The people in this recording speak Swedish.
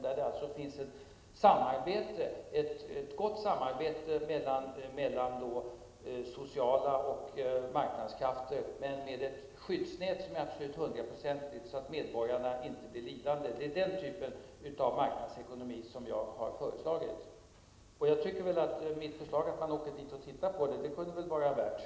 Där finns ett gott samarbete mellan det sociala och marknadskrafterna och med ett hundraprocentigt skyddsnät, så att medborgarna inte blir lidande. Det är den typen av marknadsekonomi som jag har förordat. Jag tycker att mitt förslag om att man skall åka till Holland och se hur detta fungerar är värt att pröva.